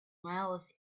miles